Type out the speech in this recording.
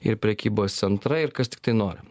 ir prekybos centrai ir kas tiktai nori